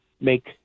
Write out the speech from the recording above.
make